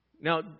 Now